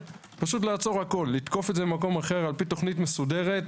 לצאת עם פרויקט מסודר.